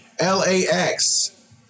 LAX